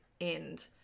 end